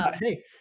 Hey